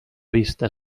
vista